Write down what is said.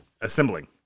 assembling